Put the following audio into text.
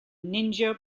ninja